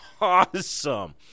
awesome